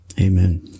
Amen